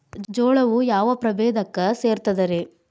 ಜೋಳವು ಯಾವ ಪ್ರಭೇದಕ್ಕ ಸೇರ್ತದ ರೇ?